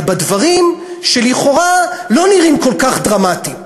אלא בדברים שלכאורה לא נראים כל כך דרמטיים: